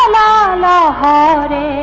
la la